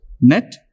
net